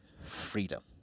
freedom